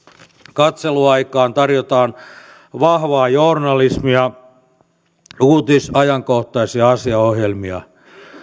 katseluaikaan tarjotaan vahvaa journalismia uutis ajankohtais ja asiaohjelmia